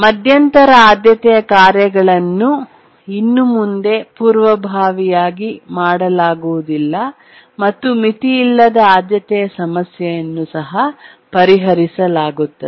ಮಧ್ಯಂತರ ಆದ್ಯತೆಯ ಕಾರ್ಯಗಳನ್ನು ಇನ್ನು ಮುಂದೆ ಪೂರ್ವಭಾವಿಯಾಗಿ ಮಾಡಲಾಗುವುದಿಲ್ಲ ಮತ್ತು ಮಿತಿಯಿಲ್ಲದ ಆದ್ಯತೆಯ ಸಮಸ್ಯೆಯನ್ನು ಸಹ ಪರಿಹರಿಸಲಾಗುತ್ತದೆ